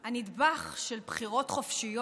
הנדבך של בחירות חופשיות